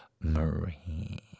Marie